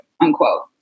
unquote